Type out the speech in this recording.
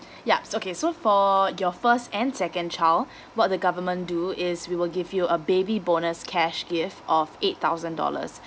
yup okay so for your first and second child what the government do is we will give you a baby bonus cash gift of eight thousand dollars